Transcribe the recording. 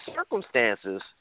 circumstances